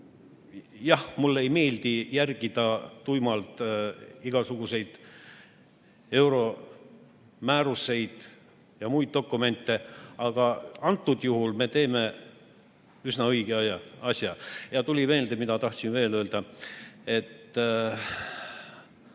jah, mulle ei meeldi järgida tuimalt igasuguseid euromäärusi ja muid dokumente, aga antud juhul me teeme üsna õiget asja. Ja tuli meelde, mida tahtsin veel öelda.